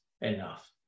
enough